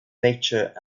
nature